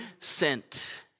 sent